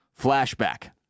flashback